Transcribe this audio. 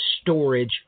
storage